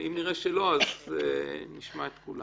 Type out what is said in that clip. אם נראה שלא, נשמע את כולם